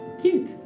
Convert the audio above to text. Cute